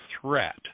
threat